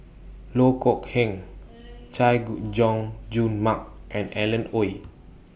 Loh Kok Heng Chay Jung Jun Mark and Alan Oei